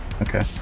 Okay